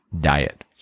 diet